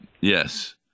yes